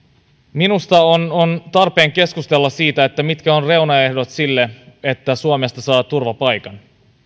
minusta on on tarpeen keskustella siitä mitkä ovat reunaehdot sille että suomesta saa turvapaikan